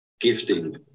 gifting